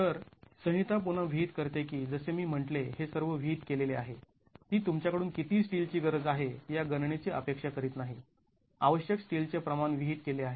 तर संहिता पुन्हा विहित करते की जसे मी म्हंटले हे सर्व विहित केलेले आहे ती तुमच्याकडून किती स्टीलची गरज आहे या गणनेची अपेक्षा करीत नाही आवश्यक स्टीलचे प्रमाण विहित केले आहे